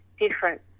different